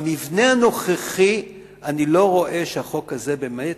במבנה הנוכחי אני לא רואה שהחוק הזה, באמת,